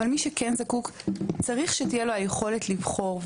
אבל מי שכן זקוק צריך שתהיה לו היכולת לבחור,